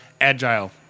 agile